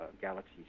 galaxies